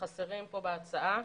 שחסרים פה בהצעה: